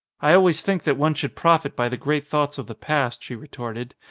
i always think that one should profit by the great thoughts of the past, she retorted.